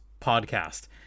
podcast